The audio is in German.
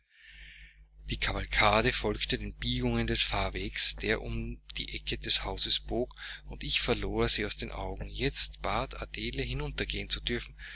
die kavalkade folgte den biegungen des fahrweges der um die ecke des hauses bog und ich verlor sie aus den augen jetzt bat adele hinuntergehen zu dürfen